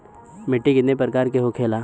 मिट्टी कितने प्रकार के होखेला?